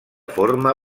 forma